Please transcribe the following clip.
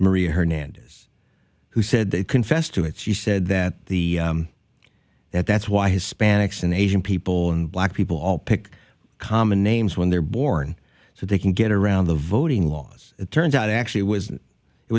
maria hernandez who said they confessed to it she said that the that's why hispanics and asian people and black people all pick common names when they're born so they can get around the voting laws it turns out actually it was it